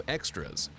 Extras